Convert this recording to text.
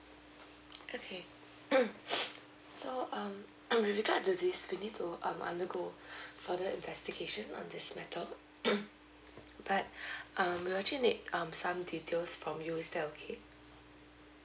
okay so um with regards to this we need to um undergo further investigation on this matter but um we actually need um some details from you is that okay